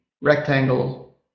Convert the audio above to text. rectangle